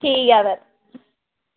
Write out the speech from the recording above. ठीक ऐ तां